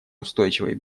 устойчивой